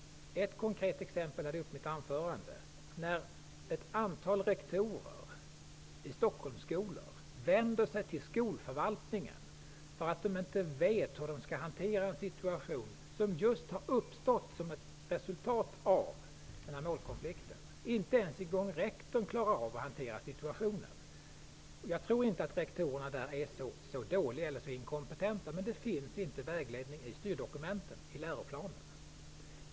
Ett konkret exempel tog jag upp i mitt anförande, nämligen att ett antal rektorer i Stockholm har vänt sig till skolförvaltningen för att de inte vet hur de skall hantera den situation som har uppstått just som ett resultat av denna målkonflikt. Inte ens rektorn klarar av att hantera situationen! Jag tror inte rektorerna är dåliga eller inkompetenta, men det finns ingen vägledning i styrdokumenten, dvs. i läroplanen.